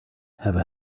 have